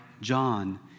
John